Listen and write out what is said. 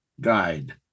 guide